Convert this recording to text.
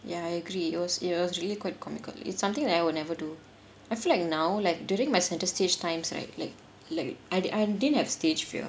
ya I agree it was it was really quite comical it's something that I will never do I feel like now like during my center stage times right like like I did~ I didn't have stage fear